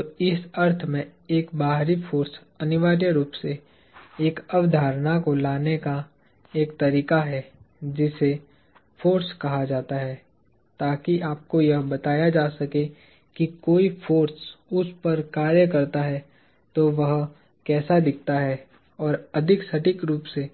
तो इस अर्थ में एक बाहरी फोर्स अनिवार्य रूप से एक अवधारणा को लाने का एक तरीका है जिसे फोर्स कहा जाता है ताकि आपको यह बताया जा सके कि जब कोई फोर्स उस पर कार्य करता है तो वह कैसा दिखता है या अधिक सटीक रूप से